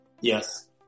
Yes